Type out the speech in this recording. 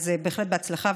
אז בהחלט בהצלחה,